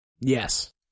yes